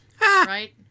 Right